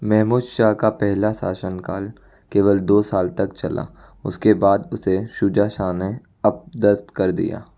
महमूद शाह का पेहला शासन काल केवल दो साल तक चला उसके बाद उसे शुजा शाह ने अपदस्त कर दिया